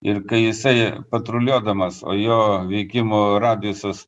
ir kai jisai patruliuodamas o jo veikimo radiusas